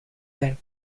then